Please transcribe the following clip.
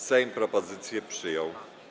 Sejm propozycję przyjął.